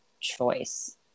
choice